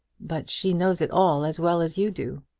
but she knows it all as well as you do.